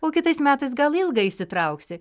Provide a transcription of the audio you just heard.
o kitais metais gal ilgą įsitrauksi